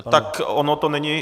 Tak ono to není...